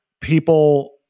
people